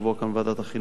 כאן בוועדת החינוך,